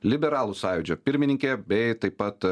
liberalų sąjūdžio pirmininkė bei taip pat